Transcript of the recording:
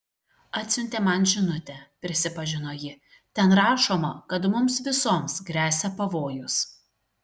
atsiuntė man žinutę prisipažino ji ten rašoma kad mums visoms gresia pavojus